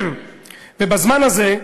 ובזמן הזה,